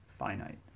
finite